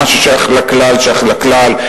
מה שייך לכלל שייך לכלל,